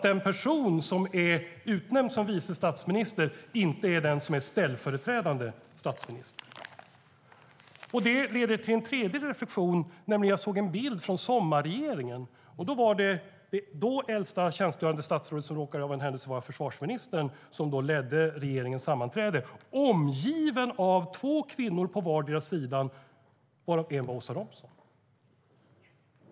Den person som är utnämnd till vice statsminister är inte den som är ställföreträdande statsminister. Det leder till nästa reflektion. Jag såg en bild från sommarregeringen. Det var det då äldsta tjänstgörande statsrådet, som av en händelse råkade vara försvarsministern, som ledde regeringens sammanträde. Han var omgiven av två kvinnor på vardera sidan, varav en var Åsa Romson.